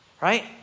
Right